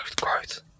growth